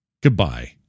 Goodbye